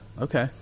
Okay